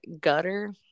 gutter